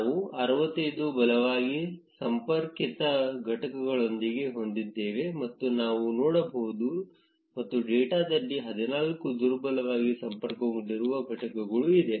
ನಾವು 65 ಬಲವಾಗಿ ಸಂಪರ್ಕಿತ ಘಟಕಗಳನ್ನು ಹೊಂದಿದ್ದೇವೆ ಎಂದು ನಾವು ನೋಡಬಹುದು ಮತ್ತು ಡೇಟಾದಲ್ಲಿ 14 ದುರ್ಬಲವಾಗಿ ಸಂಪರ್ಕಗೊಂಡಿರುವ ಘಟಕಗಳು ಇದೆ